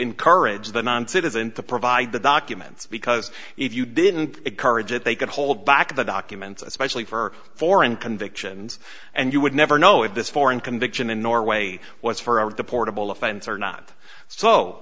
encourage the non citizen to provide the documents because if you didn't encourage it they could hold back the documents especially for foreign convictions and you would never know if this foreign conviction in norway was for of the portable offense or not so